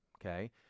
okay